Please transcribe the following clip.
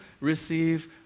receive